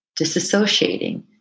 disassociating